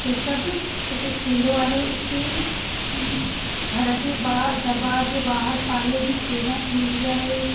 हे सभु हिते थींदो आहे इते घर जे ॿाहिरि दरबार जे ॿाहिरि पाणीअ जी सेवा थींदी आहे